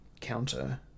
counter